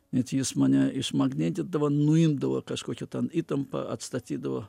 net jis mane išmagnetindavo nuimdavo kažkokią ten įtampą atstatydavo